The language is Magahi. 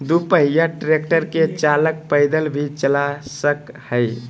दू पहिया ट्रेक्टर के चालक पैदल भी चला सक हई